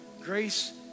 grace